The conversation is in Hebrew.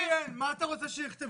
מה אתה רוצה שיכתבו?